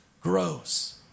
grows